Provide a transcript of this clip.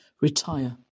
retire